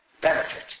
benefit